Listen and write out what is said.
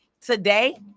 Today